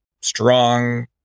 strong